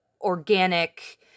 organic